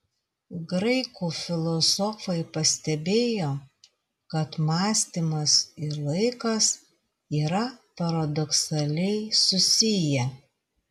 graikų filosofai pastebėjo kad mąstymas ir laikas yra paradoksaliai susiję